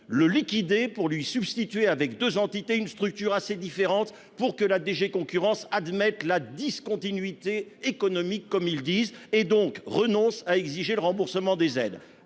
le liquider pour lui substituer avec 2 entités une structure assez différentes pour que la DG Concurrence admettent la discontinuité économique comme ils disent et donc renonce à exiger le remboursement des aides